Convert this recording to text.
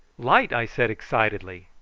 light! i said excitedly.